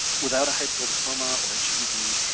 without a high school diploma or a ged,